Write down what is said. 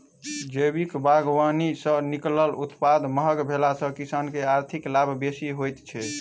जैविक बागवानी सॅ निकलल उत्पाद महग भेला सॅ किसान के आर्थिक लाभ बेसी होइत छै